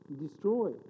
destroy